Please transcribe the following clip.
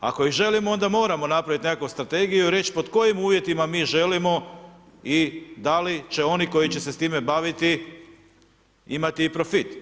Ako ih želimo, onda moramo napraviti nekakvu strategiju i reći pod kojim uvjetima mi želimo i da li će oni koji će se s time baviti imati i profit.